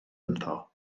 ynddo